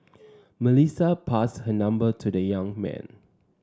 Melissa passed her number to the young man